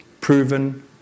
proven